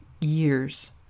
years